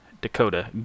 dakota